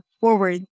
forward